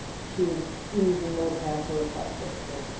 she was even more careful if that's possible.